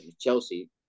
Chelsea